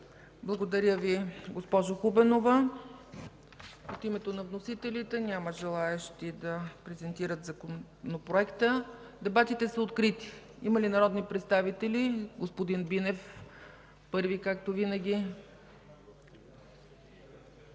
Благодаря Ви, госпожо Хубенова. От името на вносителите? Няма желаещи да презентират Законопроекта. Дебатите са открити. Има ли желаещи да се изкажат народни представители? Господин Бинев, първи, както винаги.